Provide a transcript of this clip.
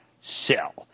sell